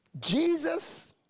Jesus